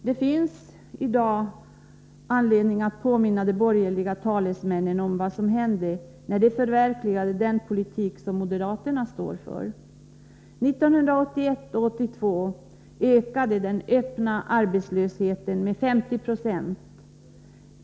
Det finns i dag anledning att påminna de borgerliga talesmännen om vad som hände hos oss när de förverkligade den politik som moderaterna står för. 1981 och 1982 ökade den öppna arbetslösheten med 50 26.